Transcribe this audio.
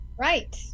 right